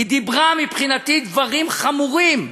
היא דיברה מבחינתי דברים חמורים,